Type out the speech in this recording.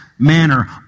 manner